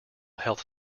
health